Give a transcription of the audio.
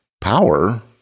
Power